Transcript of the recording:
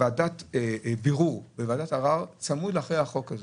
ועדת בירור, ועדת ערר, צמוד אחרי החוק הזה